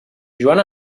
joan